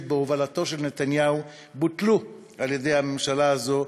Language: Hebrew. בהובלתו של נתניהו בוטלו על-ידי הממשלה הזאת,